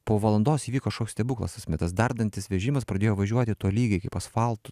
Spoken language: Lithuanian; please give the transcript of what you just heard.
po valandos įvyko kažkoks stebuklas tas dardantis vežimas pradėjo važiuoti tolygiai kaip asfaltu